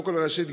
וראשית,